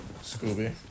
Scooby